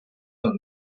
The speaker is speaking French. dans